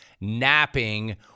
napping